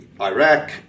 Iraq